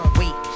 wait